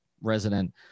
resident